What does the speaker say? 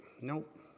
Nope